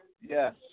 Yes